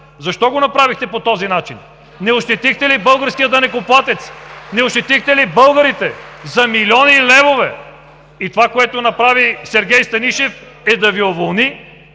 Защо го направихте по този начин? Не ощетихте ли българския данъкоплатец? (Ръкопляскания от ГЕРБ.) Не ощетихте ли българите? За милиони левове! И това, което направи Сергей Станишев, е да Ви уволни